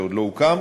שעוד לא הוקם,